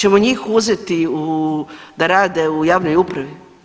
Hoćemo njih uzeti da rade u javnoj upravi?